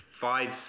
five